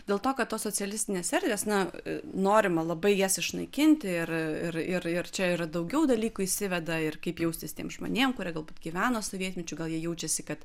dėl to kad tos socialistinės erdvės na norima labai jas išnaikinti ir ir ir ir čia yra daugiau dalykų išsiveda ir kaip jaustis tiems žmonėm kurie galbūt gyveno sovietmečiu gal jie jaučiasi kad